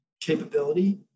capability